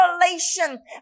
revelation